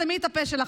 תסתמי את הפה שלך.